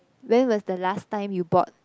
when was the last time you bought